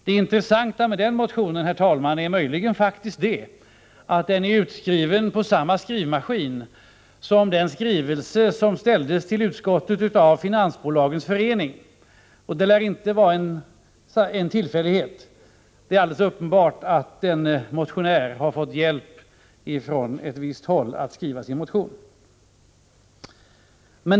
Det intressanta med den motionen är att den är utskriven på samma skrivmaskin som den skrivelse som ställdes till utskottet av Finansbolagens förening, och det lär inte vara en tillfällighet. Det är alldeles uppenbart att denna motionär har fått hjälp från ett visst håll att skriva sin motion.